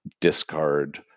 discard